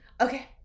Okay